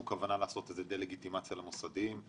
כוונה לעשות איזו דה לגיטימציה למוסדיים,